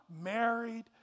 married